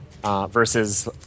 Versus